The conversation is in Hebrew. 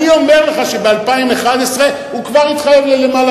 אני אומר לך שב-2011 הוא כבר התחייב למעלה